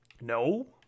No